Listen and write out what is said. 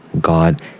God